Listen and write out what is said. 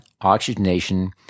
oxygenation